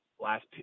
last